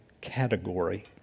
category